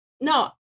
No